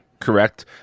correct